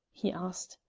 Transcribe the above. he asked.